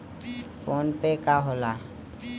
PhonePe का होला?